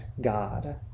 God